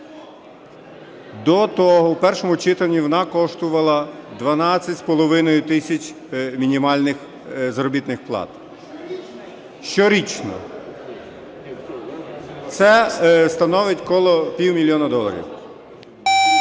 До того, в першому читанні вона коштувала 12,5 тисяч мінімальних заробітних плат. Щорічно. Це становить біля півмільйона доларів.